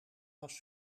was